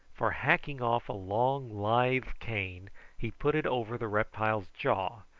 for hacking off a long lithe cane he put it over the reptile's jaw,